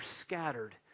scattered